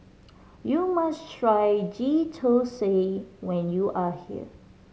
you must try Ghee Thosai when you are here